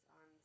on